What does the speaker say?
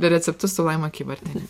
receptus su laima kybartiene